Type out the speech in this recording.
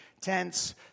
tents